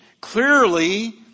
clearly